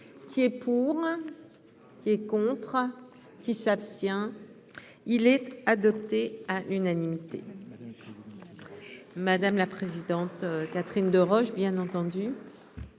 qui et pour qui est contre qui s'abstient, il est adopté à l'unanimité, madame la présidente, Catherine Deroche bien entendu.